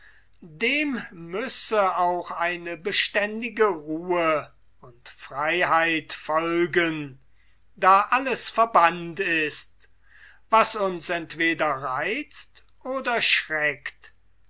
dem müsse eine beständige ruhe und freiheit folgen da alles verbannt ist was uns entweder reizt oder schreckt